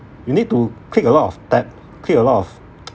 you need to click a lot of tab click a lot of